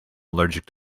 allergic